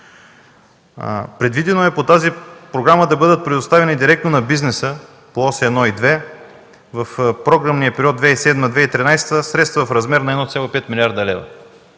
Предвидено е по тази програма да бъдат предоставени директно на бизнеса по ос 1 и ос 2 в програмния период 2007-2013 г. средства в размер на 1,5 млрд. лв.